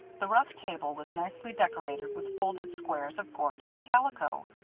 the rough table was nicely decorated with folded squares of gorgeous calico.